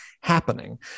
happening